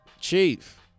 Chief